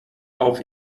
auf